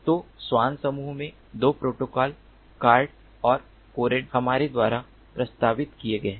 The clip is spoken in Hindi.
तो SWAN समूह में 2 प्रोटोकॉल कॉर्ड और कोरड हमारे द्वारा प्रस्तावित किए गए थे